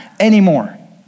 anymore